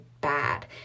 bad